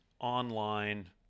online